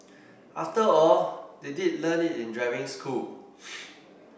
after all they did learn it in driving school